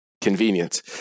Convenient